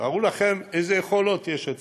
תארו לכם איזה יכולות יש אצלנו.